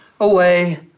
away